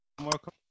Welcome